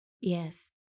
yes